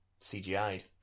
CGI'd